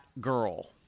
girl